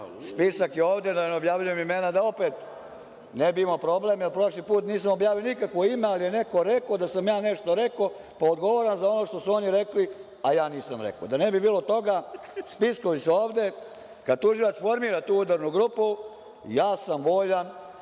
Spisak je ovde, da ne objavljujem imena, da opet ne bi imao problem, jer prošli put nisam objavio nikakvo ime, ali je neko rekao da sam ja nešto rekao, pa da odgovaram za ono što su oni rekli, a ja nisam rekao. Da ne bi bilo toga, spiskovi su ovde. Kada tužilac formira tu udarnu grupu, ja sam voljan